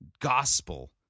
gospel